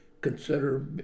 consider